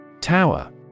Tower